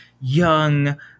young